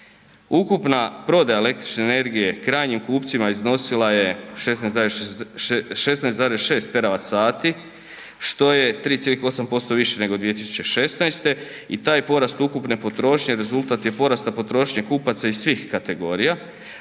ukupna prodaja električne energije krajnjim kupcima iznosila je 16,6 TWh, što je 3,8% više nego 2016. i taj porast ukupne potrošnje rezultat je porasta potrošnje kupaca iz svih kategorija